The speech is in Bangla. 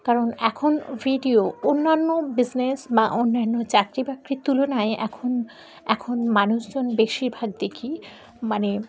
কারণ এখন ভিডিও অন্যান্য বিজনেস বা অন্যান্য চাকরি বাকরির তুলনায় এখন এখন মানুষজন বেশিরভাগ দেখি মানে